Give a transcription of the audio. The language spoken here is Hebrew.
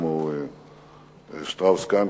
כמו שטראוס-קאהן,